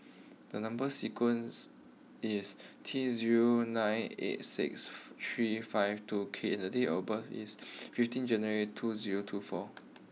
the number sequence is T zero nine eight six three five two K and date of birth is fifteen January two zero two four